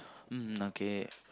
mm okay